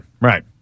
Right